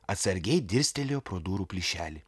atsargiai dirstelėjo pro durų plyšelį